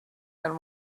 and